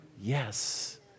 Yes